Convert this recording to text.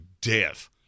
death